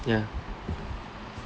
ya